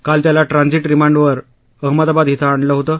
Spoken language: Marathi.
काल त्याला ट्रान्झिट रिमांडवर अहमदाबाद इथं आणलं होतं